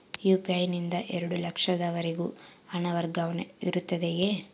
UPI ನಿಂದ ಎರಡು ಲಕ್ಷದವರೆಗೂ ಹಣ ವರ್ಗಾವಣೆ ಇರುತ್ತದೆಯೇ?